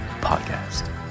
podcast